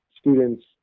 students